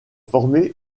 formé